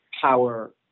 power